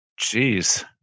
jeez